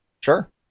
sure